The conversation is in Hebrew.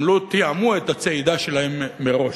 הם לא תיאמו את הצעידה שלהם מראש.